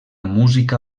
música